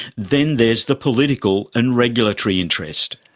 then there's the political and regulatory interest.